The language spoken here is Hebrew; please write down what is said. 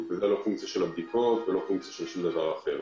והמספר הזה הוא לא פונקציה של בדיקות או כל דבר אחר.